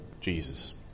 Jesus